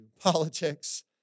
politics